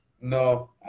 No